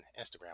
instagram